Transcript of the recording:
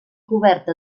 coberta